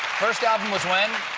first album was when?